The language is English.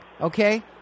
Okay